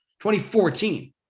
2014